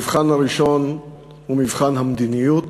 המבחן הראשון הוא מבחן המדיניות,